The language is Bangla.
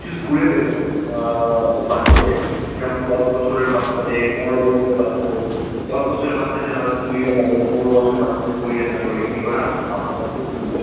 কিছু স্কুলে দেবো বাচ্চাদের যেমন দশ বছরের বাচ্চাদের পনেরো বছরের বাচ্চাদের দশ বছরের বাচ্চাদের হয়তো কুড়িটা থাকলো পনেরো বছর বাচ্চাদের কুড়িটা থাকলো এমনি করে আমি আপনার কাছ থেকে তুলবো